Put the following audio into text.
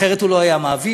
אחרת הוא לא היה מעביר.